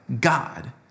God